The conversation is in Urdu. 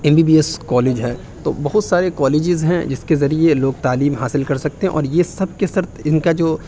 M B B S college ہے تو بہت سارے کالجزز ہیں جس کے ذریعے لوگ تعلیم حاصل کر سکتے ہیں اور یہ سب کے سب ان کا جو